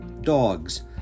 Dogs